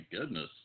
goodness